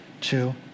two